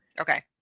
Okay